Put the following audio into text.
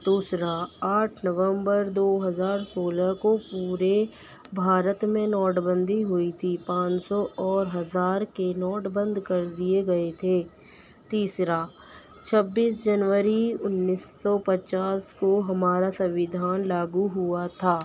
دوسرا آٹھ نومبر دو ہزار سولہ کو پورے بھارت میں نوٹ بندی ہوئی تھی پانچ سو اور ہزار کے نوٹ بند کر دیئے گئے تھے تیسرا چھبیس جنوری انیس سو پچاس کو ہمارا سمودھان لاگو ہوا تھا